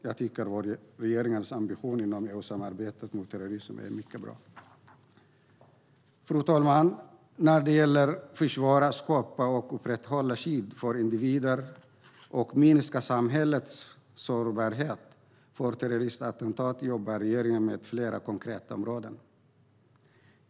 Jag tycker att vår regerings ambition inom EU-samarbetet mot terrorism är mycket bra. Fru talman! När det gäller att försvara, skapa och upprätthålla skydd för individer och minska samhällets sårbarhet för terroristattentat jobbar regeringen med flera konkreta områden.